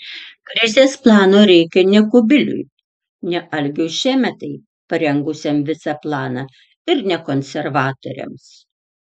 krizės plano reikia ne kubiliui ne algiui šemetai parengusiam visą planą ir ne konservatoriams